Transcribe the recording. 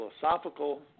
philosophical